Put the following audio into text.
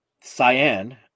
cyan